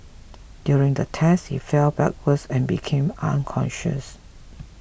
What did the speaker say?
during the test he fell backwards and became unconscious